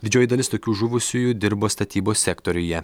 didžioji dalis tokių žuvusiųjų dirbo statybos sektoriuje